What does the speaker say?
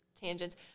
Tangents